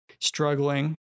struggling